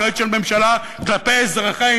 אחריות של ממשלה כלפי אזרחיה,